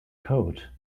coat